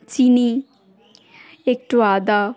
চিনি একটু আদা